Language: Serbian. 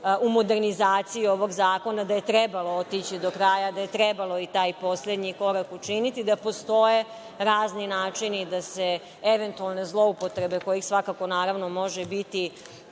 u modernizaciju ovog zakona, trebalo otići do kraja, da je trebalo i taj poslednji korak učiniti, da postoje razni načini da se eventualne zloupotrebe, kojih svakako može biti,